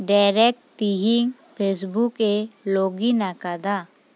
Derek ᱛᱤᱦᱤᱧ ᱯᱷᱮᱥᱵᱩᱠᱮ ᱞᱚᱜᱤᱱᱟᱠᱟᱫᱟ